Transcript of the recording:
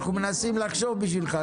אנחנו מנסים לחשוב בשבילך,